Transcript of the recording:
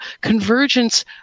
convergence